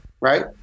right